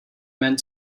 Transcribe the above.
meant